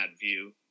view